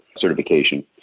Certification